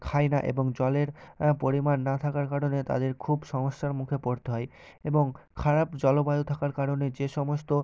খায় না এবং জলের পরিমাণ না থাকার কারণে তাদের খুব সমস্যার মুখে পড়তে হয় এবং খারাপ জলবায়ু থাকার কারণে যে সমস্ত